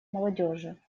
молодежи